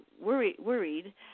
worried